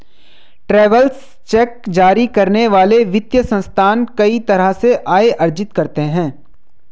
travellers cheque जारी करने वाले वित्तीय संस्थान कई तरह से आय अर्जित करते हैं